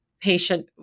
patient